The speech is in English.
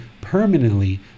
permanently